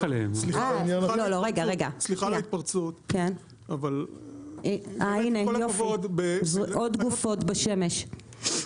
סליחה על ההתפרצות, אבל -- הנה עוד גופות בשמש.